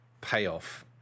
payoff